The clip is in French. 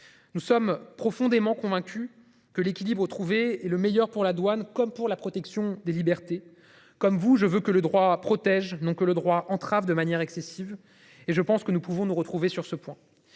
Nous sommes profondément convaincus que l'équilibre retrouvé et le meilleur pour la douane comme pour la protection des libertés, comme vous, je veux que le droit protège donc le droit entravent de manière excessive et je pense que nous pouvons nous retrouver sur ce point